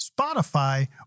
Spotify